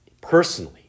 personally